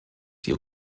die